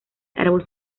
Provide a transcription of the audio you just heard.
árbol